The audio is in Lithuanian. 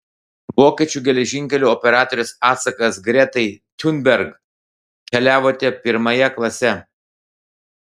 vokiečių geležinkelių operatorės atsakas gretai thunberg keliavote pirmąja klase